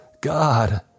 God